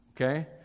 okay